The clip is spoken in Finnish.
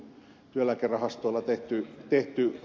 eläkerahastolla tehtyyn tehtyä